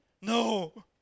No